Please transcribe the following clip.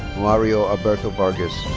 mario alberto vargas.